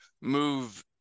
move